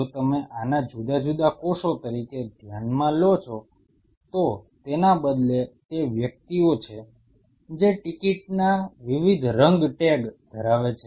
જો તમે આને જુદા જુદા કોષો તરીકે ધ્યાનમાં લો છો તો તેના બદલે તે વ્યક્તિઓ છે જે ટિકિટના વિવિધ રંગ ટેગ ધરાવે છે